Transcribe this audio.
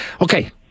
Okay